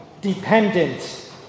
dependent